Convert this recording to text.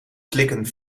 slikken